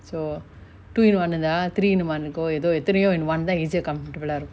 so two in one uh தா:tha three in one uh கோ எதோ எத்தனயோ என்னமோ:ko etho ethanayo ennamo one தா:tha easy ah comfortable ah இருக்கு:iruku